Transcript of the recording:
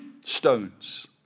stones